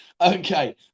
Okay